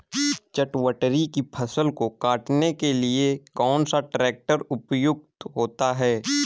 चटवटरी की फसल को काटने के लिए कौन सा ट्रैक्टर उपयुक्त होता है?